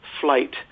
Flight